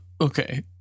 Okay